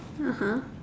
(uh huh)